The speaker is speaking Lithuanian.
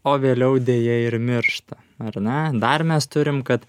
o vėliau deja ir miršta ar ne dar mes turim kad